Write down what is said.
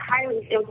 highly